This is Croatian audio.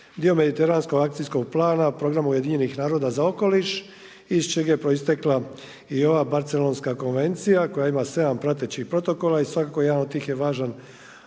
dio mediteranskog akcijskog plana, programa Ujedinjenih naroda za okoliš iz čeg je proistekla i ova Barcelonska konvencija koja ima 7 pratećih protokola i svakako jedan od tih je važan